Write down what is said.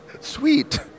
Sweet